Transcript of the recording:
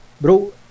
bro